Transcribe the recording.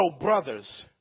brothers